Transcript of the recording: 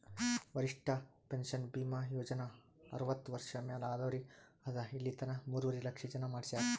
ವರಿಷ್ಠ ಪೆನ್ಷನ್ ಭೀಮಾ ಯೋಜನಾ ಅರ್ವತ್ತ ವರ್ಷ ಮ್ಯಾಲ ಆದವ್ರಿಗ್ ಅದಾ ಇಲಿತನ ಮೂರುವರಿ ಲಕ್ಷ ಜನ ಮಾಡಿಸ್ಯಾರ್